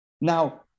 now